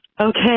okay